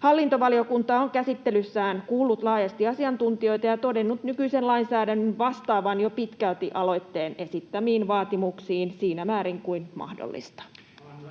Hallintovaliokunta on käsittelyssään kuullut laajasti asiantuntijoita ja todennut nykyisen lainsäädännön vastaavan jo pitkälti aloitteen esittämiin vaatimuksiin siinä määrin kuin mahdollista.